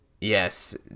yes